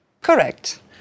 Correct